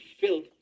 filled